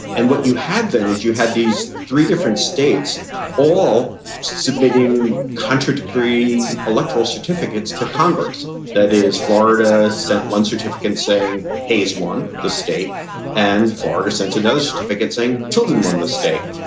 and what you had then is you had these three different states all submitting contradictory electoral certificates to congress. that is, florida sent one certificate saying hayes won the state and florida sent another you know certificate saying tilden won the state.